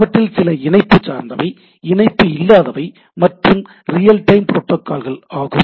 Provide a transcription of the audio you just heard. அவற்றில் சில இணைப்பு சார்ந்தவை இணைப்பு இல்லாதவை மற்றும் ரியல் டைம் புரோட்டாகால்கள் ஆகும்